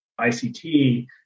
ICT